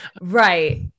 Right